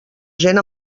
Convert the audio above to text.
gent